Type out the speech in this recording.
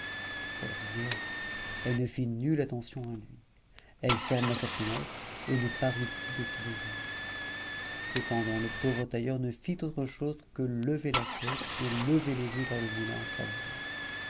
pour la meunière elle ne fit nulle attention à lui elle ferma sa fenêtre et ne parut plus de tout le jour cependant le pauvre tailleur ne fit autre chose que lever la tête et lever les yeux vers le moulin en travaillant